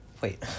wait